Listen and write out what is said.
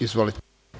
Izvolite.